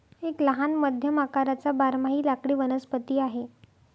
एक लहान मध्यम आकाराचा बारमाही लाकडी वनस्पती आहे